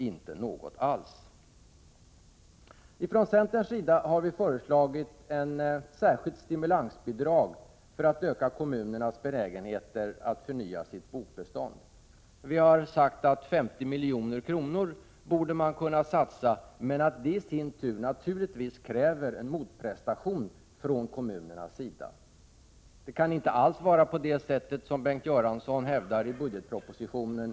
Ifrån centerns sida har vi föreslagit ett särskilt stimulansbidrag för att öka kommunernas benägenhet att förnya sitt bokbestånd. Vi har sagt att man borde kunna satsa 50 milj.kr. Det kräver i sin tur naturligtvis en motprestation från kommunernas sida. Det kan inte alls vara på det sättet som Bengt Göransson hävdar i budgetpropositionen.